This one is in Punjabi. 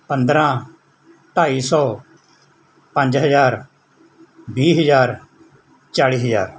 ਪੰਦਰਾਂ ਢਾਈ ਸੌ ਪੰਜ ਹਜ਼ਾਰ ਵੀਹ ਹਜ਼ਾਰ ਚਾਲੀ ਹਜ਼ਾਰ